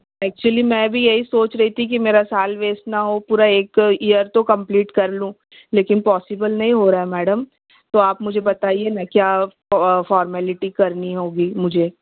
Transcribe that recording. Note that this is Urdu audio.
ایکچولی میں بھی یہی سوچ رہی تھی کہ میرا سال ویسٹ نہ ہو پورا ایک ایئر تو کمپلیٹ کر لوں لیکن پاسیبل نہیں ہو رہا ہے میڈم تو آپ مجھے بتائیے میں کیا فارملیٹی کرنی ہوگی مجھے